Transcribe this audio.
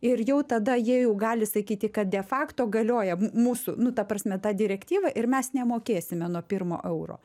ir jau tada jie jau gali sakyti kad de fakto galioja mūsų nu ta prasme ta direktyva ir mes nemokėsime nuo pirmo euro